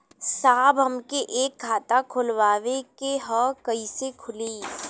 साहब हमके एक खाता खोलवावे के ह कईसे खुली?